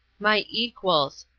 my equals!